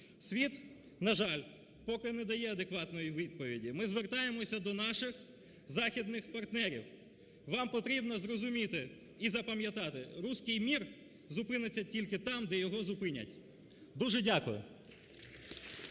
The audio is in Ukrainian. Світ, на жаль, поки не дає адекватної відповіді. Ми звертаємося до наших західних партнерів: вам потрібно зрозуміти і запам'ятати: русский мир зупиниться тільки там, де його зупинять. Дуже дякую.